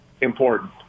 important